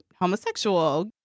homosexual